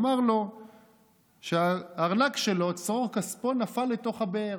אמר לו שהארנק שלו, צרור כספו, נפל לתוך הבאר